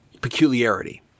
peculiarity